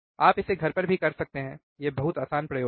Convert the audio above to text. आप इसे घर पर भी कर सकते हैं यह बहुत आसान प्रयोग है